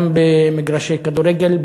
גם במגרשי כדורגל,